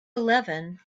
eleven